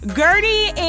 gertie